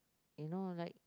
you know like